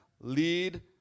lead